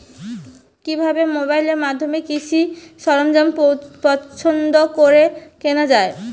কিভাবে মোবাইলের মাধ্যমে কৃষি সরঞ্জাম পছন্দ করে কেনা হয়?